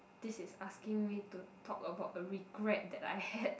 this is asking me to talk about a regret that I had